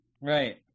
right